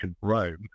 Rome